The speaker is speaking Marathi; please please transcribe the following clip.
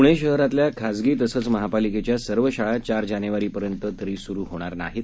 पुणे शहरातल्या खाजगी तसंच महापालिकेच्या सर्व शाळा चार जानेवारीपर्यंत तरी सुरू होणार नाहित